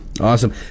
Awesome